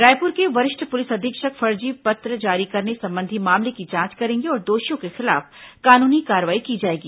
रायपुर के वरिष्ठ पुलिस अधीक्षक फर्जी पत्र जारी करने संबंधी मामले की जांच करेंगे और दोषियों के खिलाफ कानूनी कार्रवाई की जाएगी